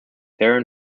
darren